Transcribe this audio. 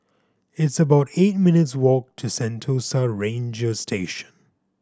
it's about eight minutes' walk to Sentosa Ranger Station